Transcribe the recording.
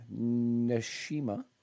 neshima